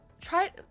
Try